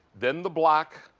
then the black,